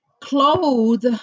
clothe